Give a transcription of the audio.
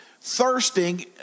thirsting